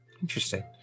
Interesting